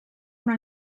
una